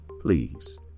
Please